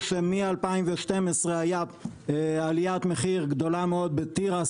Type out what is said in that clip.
שמ-2012 הייתה עליית מחיר גדולה מאוד בתירס,